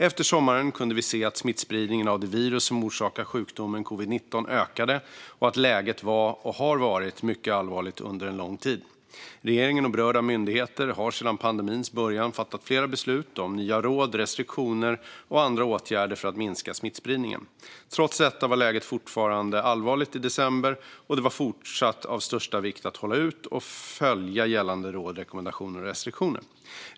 Efter sommaren kunde vi se att smittspridningen av det virus som orsakar sjukdomen covid-19 ökade och att läget var och hade varit mycket allvarligt under en lång tid. Regeringen och berörda myndigheter har sedan pandemins början fattat flera beslut om nya råd, restriktioner och andra åtgärder för att minska smittspridningen. Trots detta var läget fortfarande allvarligt i december, och det var fortsatt av största vikt att hålla ut och följa gällande råd, rekommendationer och restriktioner.